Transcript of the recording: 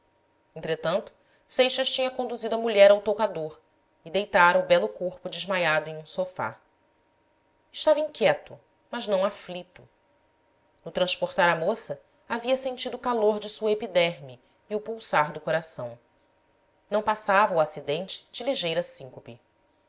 entretanto seixas tinha conduzido a mulher ao toucador e deitara o belo corpo desmaiado em um sofá estava inquieto mas não aflito no transportar a moça havia sentido o calor de sua epiderme e o pulsar do coração não passava o acidente de ligeira síncope com